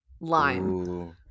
lime